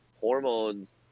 Hormones